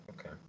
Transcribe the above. Okay